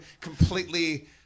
completely